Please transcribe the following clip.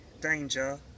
danger